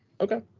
Okay